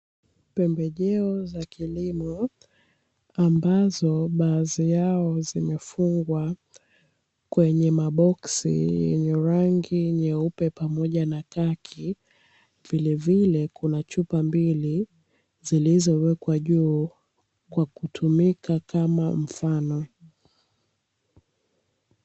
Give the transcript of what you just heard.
Pembejeo za kilimo ambazo baadhi yao zimefungwa kwenye maboksi hii rangi nyeupe pamoja na kaki, vilevile kuna chupa mbili zilizowekwa juu kwa kutumika kama mfano.